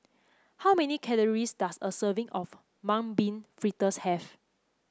how many calories does a serving of Mung Bean Fritters have